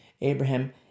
Abraham